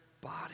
body